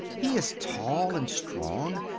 he is tall and strong.